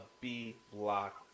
B-block